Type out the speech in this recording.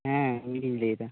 ᱦᱮᱸ ᱤᱧ ᱜᱮᱧ ᱞᱟᱹᱭᱮᱫ